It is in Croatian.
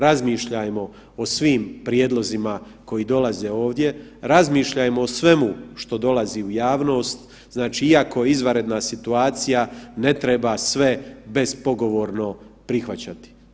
Razmišljajmo o svim prijedlozima koji dolaze ovdje, razmišljajmo o svemu što dolazi u javnost, znači iako je izvanredna situacija ne treba sve bespogovorno prihvaćati.